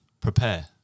prepare